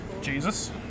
Jesus